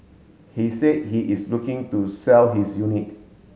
he said he is looking to sell his unit